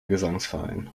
gesangsverein